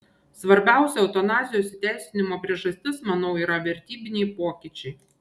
svarbiausia eutanazijos įteisinimo priežastis manau yra vertybiniai pokyčiai